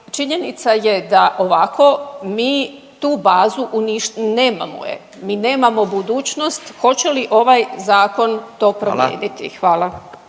činjenica je da ovako mi tu bazu nemamo je, mi nemamo budućnost. Hoće li to ovaj zakon to promijeniti? Hvala.